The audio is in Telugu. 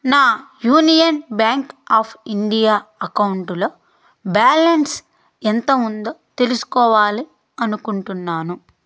నా యూనియన్ బ్యాంక్ ఆఫ్ ఇండియా అకౌంటులో బ్యాలన్స్ ఎంత ఉందో తెలుసుకోవాలి అనుకుంటున్నాను